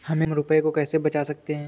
हम रुपये को कैसे बचा सकते हैं?